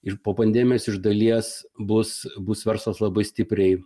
ir po pandemijos iš dalies bus bus verslas labai stipriai